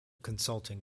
consulting